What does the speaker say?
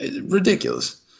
Ridiculous